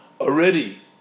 Already